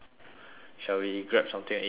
shall we grab something and eat later